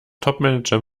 topmanager